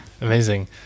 Amazing